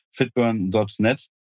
fitburn.net